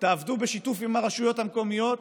תעבדו בשיתוף עם הרשויות המקומיות